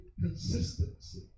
consistency